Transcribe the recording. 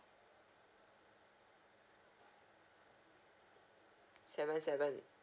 seven seven